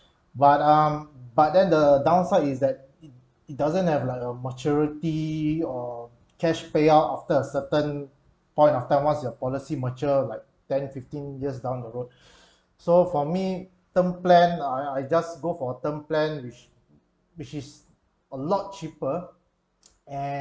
but um but then the downside is that it it doesn't have like a maturity or cash payout after a certain point of time once your policy mature like ten fifteen years down the road so for me term plan I I just go for term plan which which is a lot cheaper